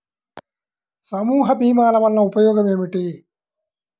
సమూహ భీమాల వలన ఉపయోగం ఏమిటీ?